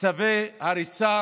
צווי הריסה